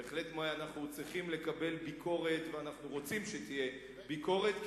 בהחלט אנחנו צריכים לקבל ביקורת ואנחנו רוצים שתהיה ביקורת,